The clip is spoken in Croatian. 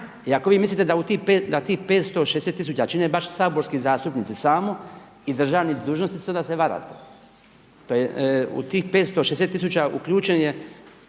I ako vi mislite da tih 560 tisuća čine baš saborski zastupnici samo i državni dužnosnici onda se varate. U tih 560 tisuća uključen je